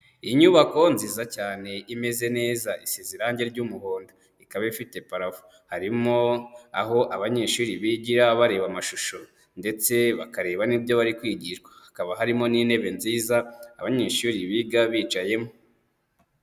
Inyubako nziza cyane imeze neza isize irangi ry'umuhondo, ikaba ifite parafo, harimo aho abanyeshuri bigira bareba amashusho ndetse bakareba n'ibyo bari kwigishwa, hakaba harimo n'intebe nziza abanyeshuri biga bicayemo.